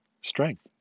strength